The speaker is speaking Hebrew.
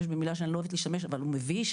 במילה שאני לא אוהבת להשתמש אבל הוא מביש,